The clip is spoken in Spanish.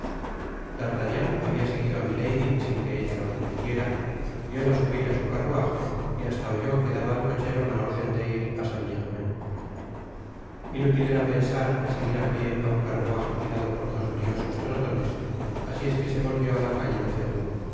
d'artagnan habia seguido á milady sin que ella lo advirtiera vióla subir á su carruaje y hasta oyó que daba al cochero la órden de ir á saint-germain inútil era pensar en seguir á pié á un carruaje tirado por dos briosos trotones asi es que se volvió á ta calle de ferou en